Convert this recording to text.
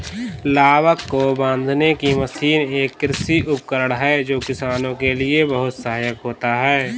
लावक को बांधने की मशीन एक कृषि उपकरण है जो किसानों के लिए बहुत सहायक होता है